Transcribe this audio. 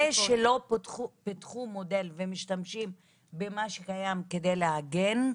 זה שלא פיתחו מודל ומשתמשים במה שקיים כדי להגן,